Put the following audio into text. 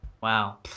Wow